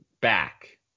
back